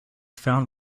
found